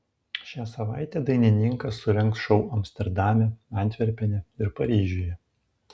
šią savaitę dainininkas surengs šou amsterdame antverpene ir paryžiuje